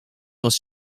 was